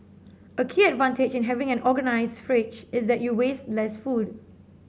a key advantage in having an organised fridge is that you waste less food